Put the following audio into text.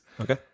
Okay